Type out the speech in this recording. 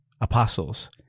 apostles